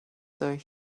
though